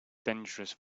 dangerous